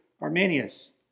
Arminius